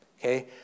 Okay